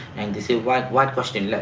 and they say one one question,